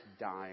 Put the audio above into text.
dying